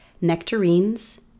nectarines